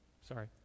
Sorry